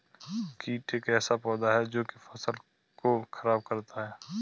कीट एक ऐसा पौधा है जो की फसल को खराब करता है